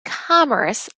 commerce